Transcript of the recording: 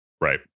right